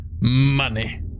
Money